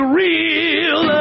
real